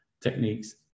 techniques